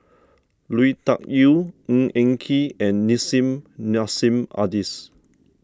Lui Tuck Yew Ng Eng Kee and Nissim Nassim Adis